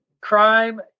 crime